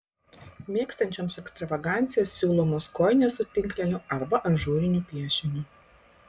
mėgstančioms ekstravaganciją siūlomos kojinės su tinkleliu arba ažūriniu piešiniu